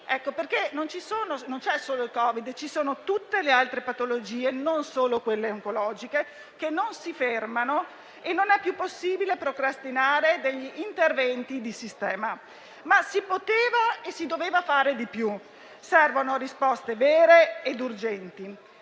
infatti solo il Covid, ma ci sono tutte le altre patologie - non solo quelle oncologiche - che non si fermano e non è più possibile procrastinare degli interventi di sistema. Tuttavia, si poteva e si doveva fare di più. Servono risposte vere e urgenti.